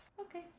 Okay